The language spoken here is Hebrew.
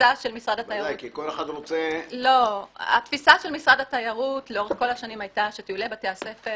התפיסה של משרד התיירות לאורך כל השנים הייתה שטיולי בתי הספר